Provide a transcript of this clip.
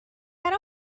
out